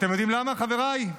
אתם יודעים למה, חבריי?